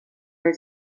های